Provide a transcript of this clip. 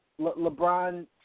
LeBron